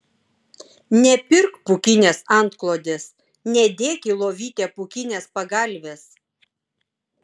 nepirk pūkinės antklodės nedėk į lovytę pūkinės pagalvės